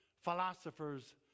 philosophers